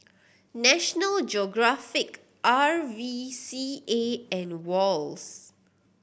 National Geographic R V C A and Wall's